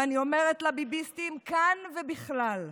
ואני אומרת לביביסטים כאן ובכלל: